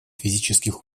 физических